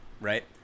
right